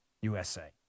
USA